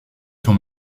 sont